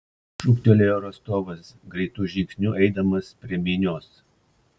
šūktelėjo rostovas greitu žingsniu eidamas prie minios